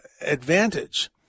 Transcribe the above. advantage